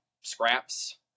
scraps